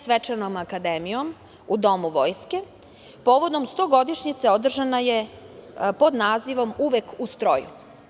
Svečana akademija u Domu Vojske, povodom stogodišnjice, održana je pod nazivom „Uvek u stroju“